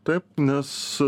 taip nes